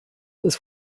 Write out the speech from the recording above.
this